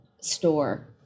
store